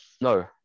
no